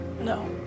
No